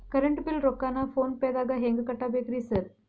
Current bill ರೊಕ್ಕಾನ phone ಪೇದಾಗ ಹೆಂಗ್ ಕಟ್ಟಬೇಕ್ರಿ ಸರ್?